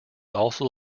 also